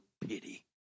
pity